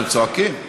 אתם צועקים.